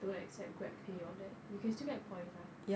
don't accept grab pay all that you can still get points ah